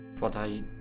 what i